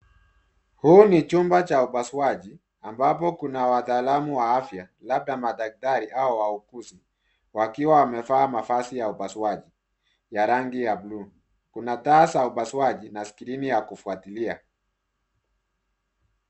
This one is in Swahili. Huu ni chumba cha upasuaji ambnapo kuna wataalamu wa afya labda daktari au wauguzi wakiwa wamevaa mavazi ya upasuaji ya rangi ya blue . Kuna taa za upasuaji na skrini ya kufuatilia.